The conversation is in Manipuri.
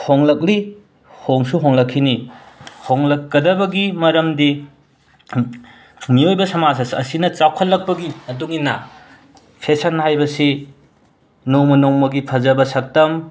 ꯍꯣꯡꯂꯛꯂꯤ ꯍꯣꯡꯁꯨ ꯍꯣꯡꯂꯛꯈꯤꯅꯤ ꯍꯣꯡꯂꯛꯀꯗꯕꯒꯤ ꯃꯔꯝꯗꯤ ꯃꯤꯑꯣꯏꯕ ꯁꯃꯥꯖ ꯑꯁꯤꯅ ꯆꯥꯎꯈꯠꯂꯛꯄꯒꯤ ꯃꯇꯨꯡ ꯏꯟꯅ ꯐꯦꯁꯟ ꯍꯥꯏꯕꯁꯤ ꯅꯣꯡꯃ ꯅꯣꯡꯃꯒꯤ ꯐꯖꯕ ꯁꯛꯇꯝ